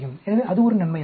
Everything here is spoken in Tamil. எனவே அது ஒரு நன்மையாகும்